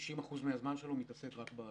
90% מהזמן שלו מתעסק רק ב-ICC,